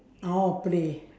oh play